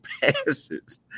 passes